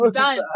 done